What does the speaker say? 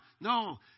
No